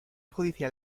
judicial